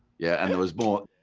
yeah, and there was more,